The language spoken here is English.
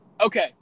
Okay